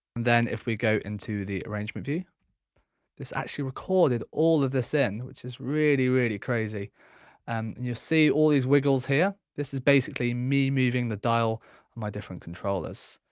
then if we go into the arrangement view this actually recorded all of this in which is really really crazy and you see all these wiggles here this is basically me moving the dial with my different controllers.